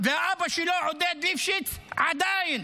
ואבא שלו, עודד ליפשיץ, עדיין